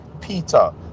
Peter